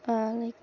آ لایِک